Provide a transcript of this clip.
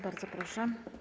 Bardzo proszę.